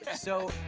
so,